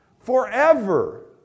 forever